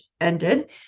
ended